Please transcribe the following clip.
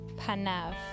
panav